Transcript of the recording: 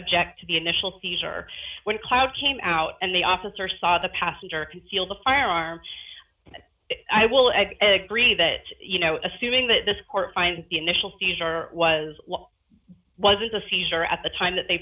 object to the initial teaser when cloud came out and the officer saw the passenger concealed the firearm i will agree that you know assuming that this court find initial fees or was was a seizure at the time that they